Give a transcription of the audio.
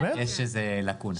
יש לאקונה.